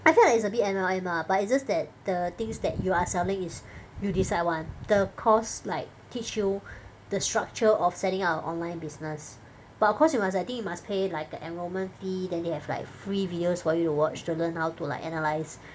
I felt like it's a bit M_L_M ah but it's just that the things that you are selling is you decide [one] the course like teach you the structure of setting up an online business but of course you must I think you must pay like the enrolment fee then they have like free videos for you to watch to learn how to like analyse